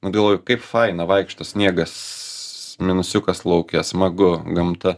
galvoju kaip faina vaikšto sniegas minusiukas lauke smagu gamta